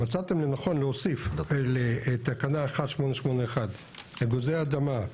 מצאתם לנכון להוסיף לתקנה 1881 "אגוזי אדמה,